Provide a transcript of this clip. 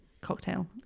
cocktail